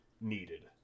needed